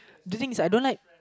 the thing is I don't like